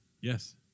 Yes